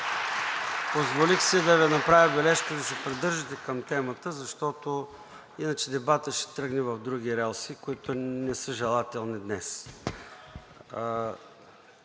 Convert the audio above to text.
Позволих си да Ви направя забележка да се придържате към темата, защото иначе дебатът ще тръгне в други релси, които не са желателни днес.